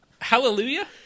Hallelujah